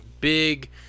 big